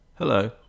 Hello